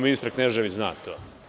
Ministar Knežević zna to.